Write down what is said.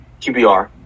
QBR